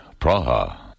Praha